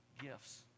gifts